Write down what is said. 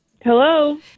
Hello